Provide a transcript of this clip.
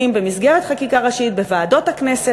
במסגרת חקיקה ראשית בוועדות הכנסת,